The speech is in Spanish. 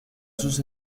sus